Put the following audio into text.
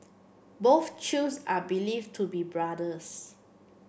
both Chews are believed to be brothers